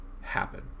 happen